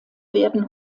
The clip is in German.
werden